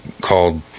called